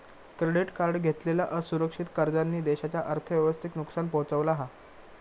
credit card घेतलेल्या असुरक्षित कर्जांनी देशाच्या अर्थव्यवस्थेक नुकसान पोहचवला हा